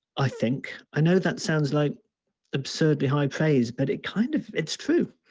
i think. i know that sounds like absurdly high praise, but it kind of, it's true.